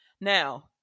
now